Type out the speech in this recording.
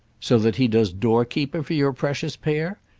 so that he does doorkeeper for your precious pair?